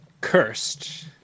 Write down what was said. Cursed